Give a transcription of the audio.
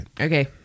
Okay